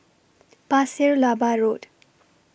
Pasir Laba Road